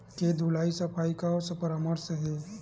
के धुलाई सफाई के का परामर्श हे?